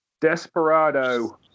Desperado